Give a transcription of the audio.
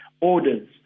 Orders